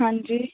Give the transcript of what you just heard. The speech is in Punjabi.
ਹਾਂਜੀ